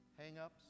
hang-ups